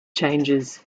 changes